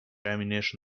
ammunition